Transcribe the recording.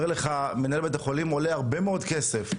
אומר לך מנהל בית החולים, עולה הרבה מאוד כסף.